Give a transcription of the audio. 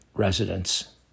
residents